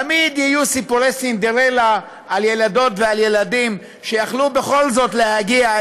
תמיד יהיו סיפורי סינדרלה על ילדות ועל ילדים שיכלו בכל זאת להגיע,